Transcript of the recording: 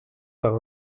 par